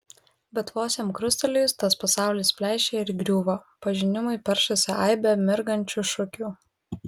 bet vos jam krustelėjus tas pasaulis pleišėja ir griūva pažinimui peršasi aibė mirgančių šukių